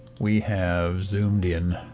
we have zoomed in